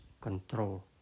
control